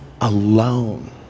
alone